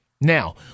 Now